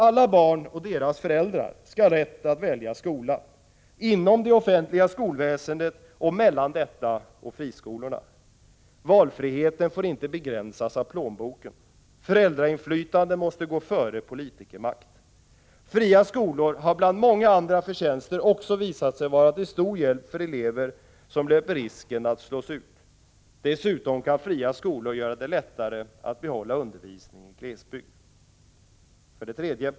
Alla barn — och deras föräldrar — skall ha rätt att välja skola inom det offentliga skolväsendet och mellan detta och friskolorna. Valfriheten får inte begränsas av plånboken. Föräldrainflytande måste gå före politikermakt. Fria skolor har bland många andra förtjänster också visat sig vara till stor hjälp för elever som löper risken att slås ut. Dessutom kan fria skolor göra det lättare att behålla undervisning i glesbygd. 3.